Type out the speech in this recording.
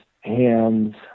hands